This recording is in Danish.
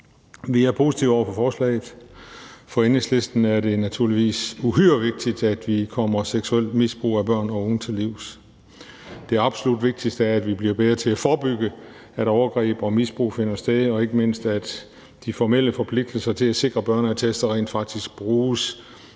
Vi er positive over for forslaget. For Enhedslisten er det naturligvis uhyre vigtigt, at vi kommer seksuelt misbrug af børn og unge til livs. Det absolut vigtigste er, at vi bliver bedre til at forebygge, at overgreb og misbrug finder sted, og ikke mindst, at de formelle forpligtelser til at sikre børneattester rent faktisk bruges